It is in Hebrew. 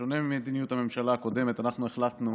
בשונה ממדיניות הממשלה הקודמת, אנחנו החלטנו